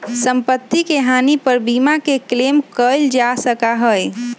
सम्पत्ति के हानि पर बीमा के क्लेम कइल जा सका हई